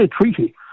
treaty